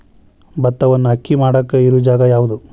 ಭತ್ತವನ್ನು ಅಕ್ಕಿ ಮಾಡಾಕ ಇರು ಜಾಗ ಯಾವುದು?